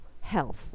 Health